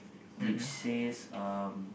which says um